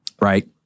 Right